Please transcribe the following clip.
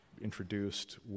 introduced